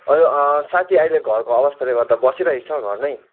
हजुर साथी अहिले घरको अवस्थाले गर्दा बसिरहेको छ घरमै